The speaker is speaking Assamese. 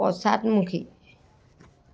পশ্চাদমুখী